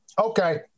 Okay